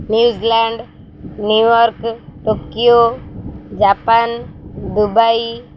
New Zealand New York Tokyo Japan Dubai